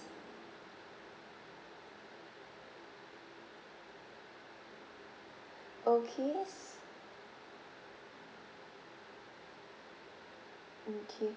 okay s~ okay